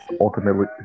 ultimately